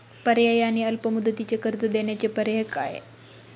पर्यायी आणि अल्प मुदतीचे कर्ज देण्याचे पर्याय काय?